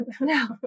No